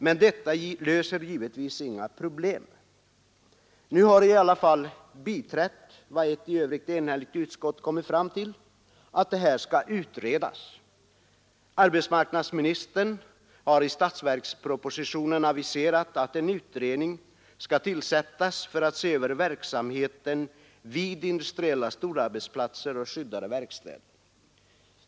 Men detta löser givetvis inga problem. Nu har jag i alla fall biträtt vad ett i övrigt enhälligt utskott kommit fram till, nämligen att det här skall utredas. Arbetsmarknadsministern har i statsverkspropositionen aviserat att en utredning skall tillsättas för att se över verksamheten vid industriella storarbetsplatser och skyddade verkstäder.